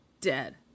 dead